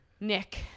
Nick